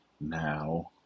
Now